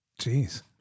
Jeez